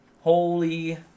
Holy